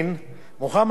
מוחמד ברכה,